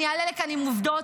אני אעלה לכאן עם עובדות,